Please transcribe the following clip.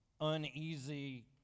uneasy